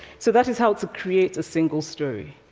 so that is how to create a single story,